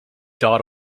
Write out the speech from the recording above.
dot